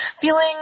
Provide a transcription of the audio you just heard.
feeling